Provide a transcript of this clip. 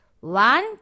One